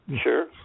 Sure